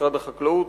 משרד החקלאות,